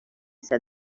said